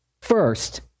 first